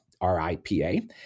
R-I-P-A